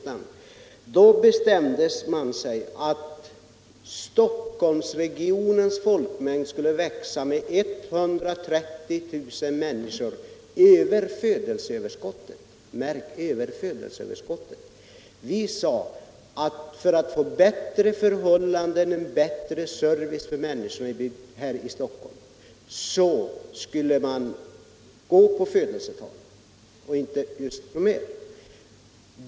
1972 bestämde man sig för att Stockholmsregionens folkmängd skulle växa med 130 000 människor över födelseöverskottet - märk: över födelseöverskottet. Vi sade att för att skapa bättre förhållanden, bättre service för människorna här i Stockholm skulle man gå på födelsetalen och inte just något mer.